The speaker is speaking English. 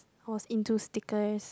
I was into stickers